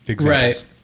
Right